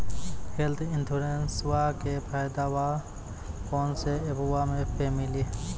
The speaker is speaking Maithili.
हेल्थ इंश्योरेंसबा के फायदावा कौन से ऐपवा पे मिली?